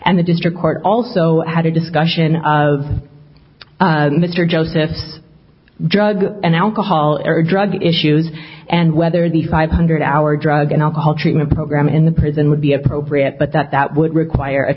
and the district court also had a discussion of the justice drug and alcohol or drug issues and whether the five hundred hour drug and alcohol treatment program in the prison would be appropriate but that that would require a